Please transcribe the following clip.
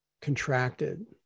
contracted